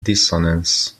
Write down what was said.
dissonance